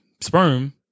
sperm